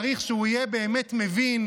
צריך שהוא יהיה באמת מבין,